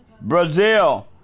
Brazil